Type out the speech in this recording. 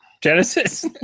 Genesis